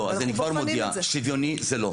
לא, אז אני כבר מודיע, שוויוני זה לא.